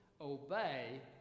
Obey